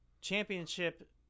championship